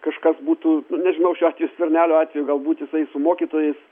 kažkas būtų nežinau čia skvernelio atveju galbūt jisai su mokytojais